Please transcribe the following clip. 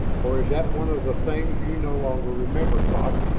or is that one of the things you no longer remember, fox?